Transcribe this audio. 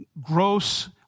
gross